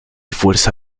fuerza